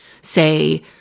say